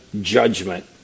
judgment